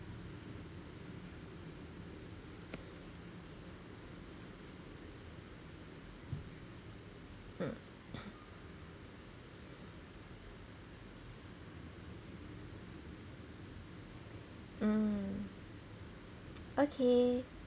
mm okay